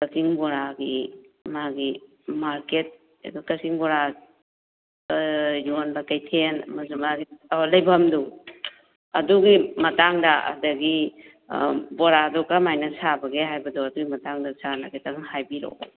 ꯀꯛꯆꯤꯡ ꯕꯣꯔꯥꯒꯤ ꯃꯥꯒꯤ ꯃꯥꯔꯀꯦꯠ ꯑꯗꯨ ꯀꯛꯆꯤꯡ ꯕꯣꯔꯥ ꯌꯣꯟꯕ ꯀꯩꯊꯦꯟ ꯑꯃꯗꯤ ꯃꯥꯒꯤ ꯂꯩꯐꯝꯗꯣ ꯑꯗꯨꯒꯤ ꯃꯇꯥꯡꯗ ꯑꯗꯒꯤ ꯕꯣꯔꯥꯗꯣ ꯀꯔꯝ ꯍꯥꯏꯅ ꯁꯥꯕꯒꯦ ꯍꯥꯏꯕꯗꯣ ꯑꯗꯨꯏ ꯃꯇꯥꯡꯗ ꯁꯥꯔꯅ ꯈꯤꯇꯪ ꯍꯥꯏꯔꯤꯔꯛꯑꯣ